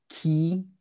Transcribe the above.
key